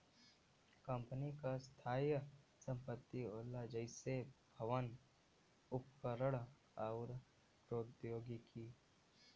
company क स्थायी संपत्ति होला जइसे भवन, उपकरण आउर प्रौद्योगिकी